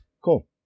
cool